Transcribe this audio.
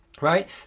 right